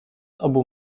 obu